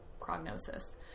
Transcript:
prognosis